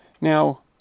Now